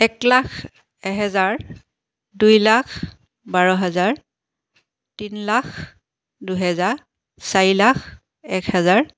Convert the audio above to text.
এক লাখ এহেজাৰ দুই লাখ বাৰ হাজাৰ তিনি লাখ দুহেজাৰ চাৰি লাখ এক হাজাৰ